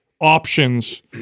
options